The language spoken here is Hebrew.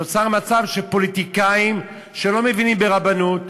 נוצר מצב שפוליטיקאים, שלא מבינים ברבנות,